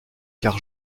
car